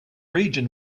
region